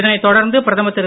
இதனைத் தொடர்ந்து பிரதமர் திரு